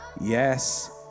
yes